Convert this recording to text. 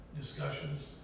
discussions